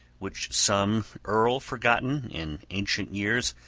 which some earl forgotten, in ancient years,